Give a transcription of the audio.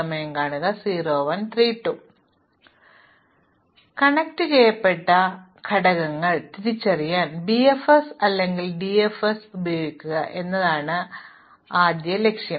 നാൽ ബന്ധിപ്പിച്ച ഘടകങ്ങൾ തിരിച്ചറിയാൻ BFS അല്ലെങ്കിൽ DFS ഉപയോഗിക്കുക എന്നതാണ് ആദ്യ ലക്ഷ്യത്തിൽ